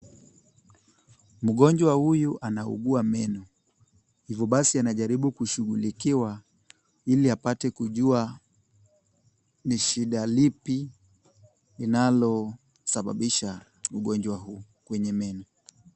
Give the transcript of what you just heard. Mgonjwa huyu anaugua meno, hivyo basi anajaribu kushughulikiwa ili apate kujua ni shida lipi linalosababisha ugonjwa huu kwenye meno.